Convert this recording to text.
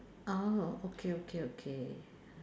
oh okay okay okay